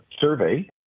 survey